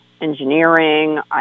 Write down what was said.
engineering